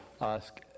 ask